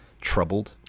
troubled